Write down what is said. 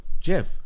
Jeff